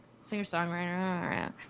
singer-songwriter